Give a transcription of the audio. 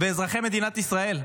ואזרחי מדינת ישראל,